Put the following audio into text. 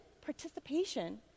participation